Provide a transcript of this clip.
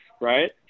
right